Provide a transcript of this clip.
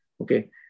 Okay